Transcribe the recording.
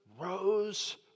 rose